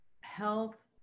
health